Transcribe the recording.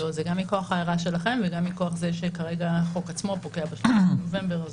גם מכוח ההערה שלכם וגם מכוח זה שכרגע החוק עצמו פוקע ב-30 בנובמבר,